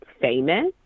famous